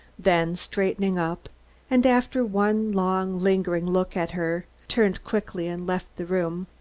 then straightened up and, after one long, lingering look at her, turned quickly and left the room.